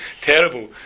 terrible